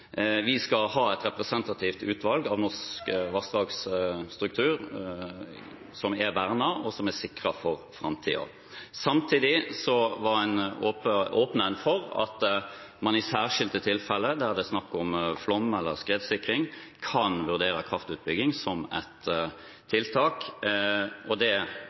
Vi skal ha et representativt utvalg av norsk vassdragsstruktur som er vernet og sikret for framtiden. Samtidig åpnet man for at man i særskilte tilfeller der det er snakk om flom eller skredsikring, kan vurdere kraftutbygging som et tiltak. Det ble behandlet i Stortinget, og